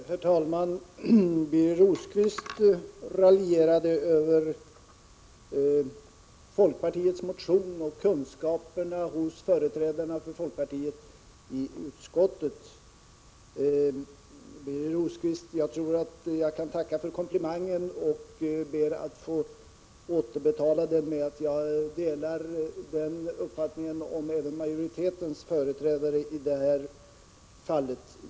Herr talman! Birger Rosqvist raljerade över folkpartiets motion och kunskaperna hos företrädarna för folkpartiet i utskottet. Jag tackar för komplimangen och ber att få återgälda den med att säga att jag har samma uppfattning om utskottsmajoritetens företrädare i detta fall.